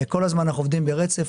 אנחנו כל הזמן עובדים ברצף.